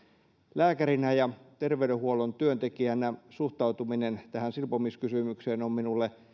lääkärinä ja terveydenhuollon työntekijänä suhtautuminen tähän silpomiskysymykseen on minulle